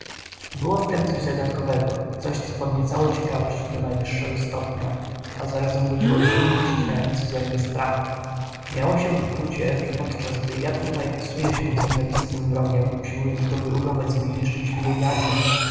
było w tem coś zagadkowego coś co podniecało ciekawość do najwyższego stopnia a zarazem budziło zimny ścinający zęby strach miało się uczucie że podczas gdy ja tutaj pasuję się z nienawistnym wrogiem usiłując go wyrugować z mej nieszczęsnej jaźni